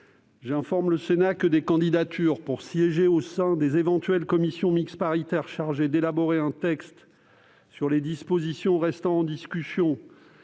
J'informe le Sénat que des candidatures pour siéger au sein des éventuelles commissions mixtes paritaires chargées d'élaborer un texte sur les dispositions restant en discussion